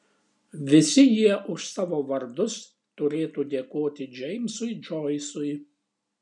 visi jie už savo vardus turėtų dėkoti džeimsui džoisui